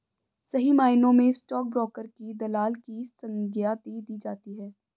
सही मायनों में स्टाक ब्रोकर को दलाल की संग्या दे दी जाती है